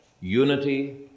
Unity